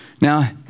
Now